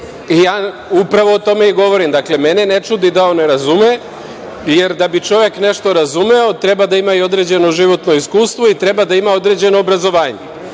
poruku. **Nemanja Šarović** Dakle, mene ne čudi da on ne razume, jer da bi čovek nešto razumeo treba da ima i određeno životno iskustvo i treba da ima određeno obrazovanje.